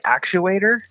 actuator